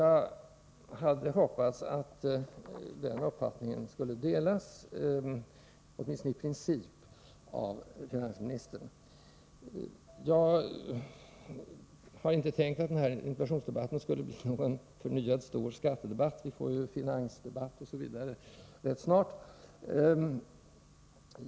Jag hade hoppats att den uppfattningen skulle delas, åtminstone i princip, av finansministern. Jag hade inte tänkt att den här interpellationsdebatten skulle bli någon förnyad stor skattedebatt. Vi får ju en finansdebatt rätt snart.